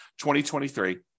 2023